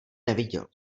neviděl